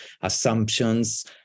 assumptions